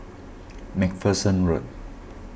MacPherson Road